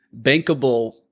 bankable